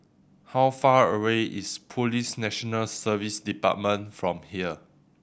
how far away is Police National Service Department from here